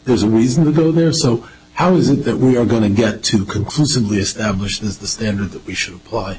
there's a reason to go there so how is it that we are going to get to conclusively established as the standard that we should apply